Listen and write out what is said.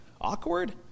Awkward